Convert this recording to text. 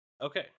Okay